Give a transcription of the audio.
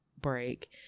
break